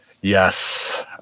Yes